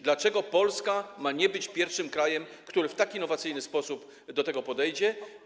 Dlaczego Polska ma nie być pierwszym krajem, który w tak innowacyjny sposób do tego podejdzie?